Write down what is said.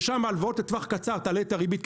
ששם ההלוואות לטווח קצר תעלה את הריבית,